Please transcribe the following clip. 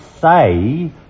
say